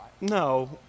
No